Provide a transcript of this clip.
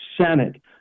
Senate